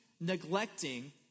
neglecting